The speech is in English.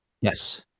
Yes